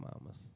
mamas